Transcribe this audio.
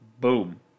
boom